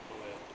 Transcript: oh ya